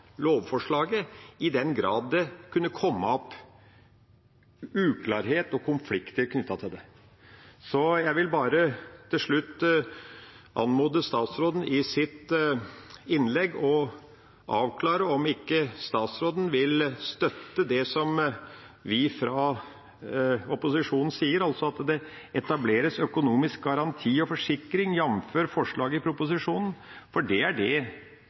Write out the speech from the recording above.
lovforslaget fordi det kan komme opp uklarheter og konflikter knyttet til dette. Jeg vil bare til slutt anmode statsråden om å avklare i sitt innlegg om hun ikke vil støtte opposisjonens merknad om «at det skal etableres økonomisk garanti og forsikring jf. forslaget i proposisjonen». For det er